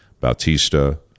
Bautista